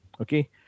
Okay